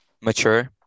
mature